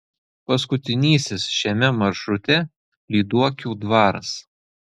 paskutinysis šiame maršrute lyduokių dvaras